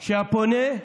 שהפונה,